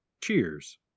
Cheers